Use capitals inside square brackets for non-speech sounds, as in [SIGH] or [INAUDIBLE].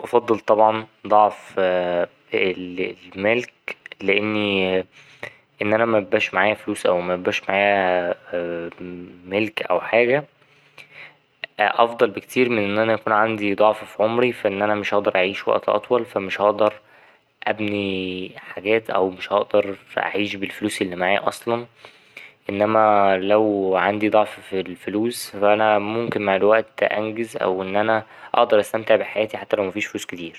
أفضل طبعا ضعف [UNINTELLIGIBLE] ،لأني إن أنا ميبقاش معايا فلوس أو ميبقاش معايا ملك أو حاجة أفضل بكتير من إن أنا يكون عندي ضعف في عمري في إن أنا مش هقدر أعيش وقت أطول فا مش هقدر أبني حاجات أو مش هقدر أعيش بالفلوس اللي معايا أصلا، إنما لو عندي ضعف في الفلوس فا أنا ممكن مع الوقت أنجز أو إن أنا أقدر أستمتع بحياتي حتى لو مفيش فلوس كتير.